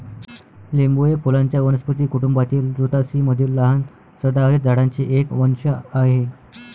लिंबू हे फुलांच्या वनस्पती कुटुंबातील रुतासी मधील लहान सदाहरित झाडांचे एक वंश आहे